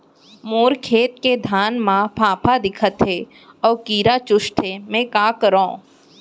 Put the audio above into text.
मोर खेत के धान मा फ़ांफां दिखत हे अऊ कीरा चुसत हे मैं का करंव?